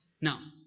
now